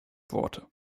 worte